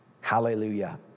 Hallelujah